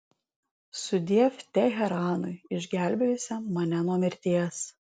sudiev teheranui išgelbėjusiam mane nuo mirties